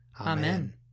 Amen